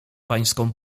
pańską